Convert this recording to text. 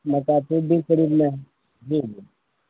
مساجد بھی قریب میں ہے جی جی